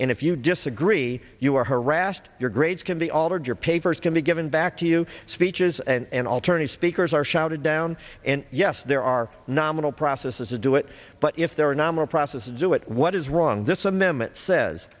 and if you disagree you are harassed your grades can be altered your papers can be given back to you speeches and alternative speakers are shouted down and yes there are nominal processes to do it but if there are not more processes to it what is wrong this amendment says